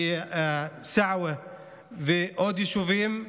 בסעווה ובעוד יישובים,